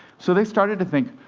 so they started to think,